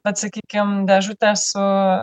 bet sakykime dėžutę su